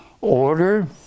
Order